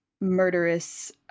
murderous